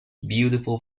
beautiful